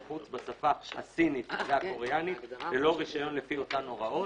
חוץ בשפה הסינית והקוריאנית ללא רישיון לפי אותן הוראות.